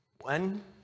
One